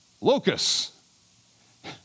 locusts